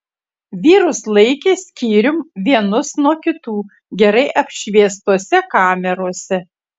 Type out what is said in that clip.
vyrus laikė skyrium vienus nuo kitų gerai apšviestose kamerose